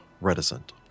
reticent